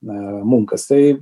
na mum kas tai